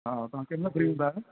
हा तव्हां केॾी महिल फ़्री थींदा आयो